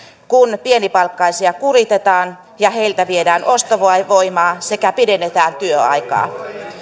kun pienipalkkaisia kuritetaan ja heiltä viedään ostovoimaa sekä pidennetään työaikaa